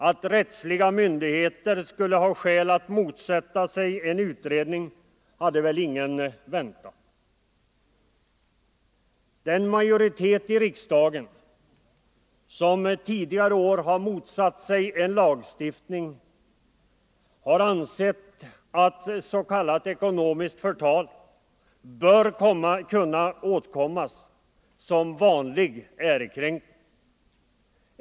Att rättsliga myndigheter skulle ha skäl att motsätta sig en utredning hade väl ingen väntat. Den majoritet i riksdagen som tidigare år motsatt sig lagstiftningskravet har ansett att s.k. ekonomiskt förtal bör kunna åtkommas som vanlig ärekränkning.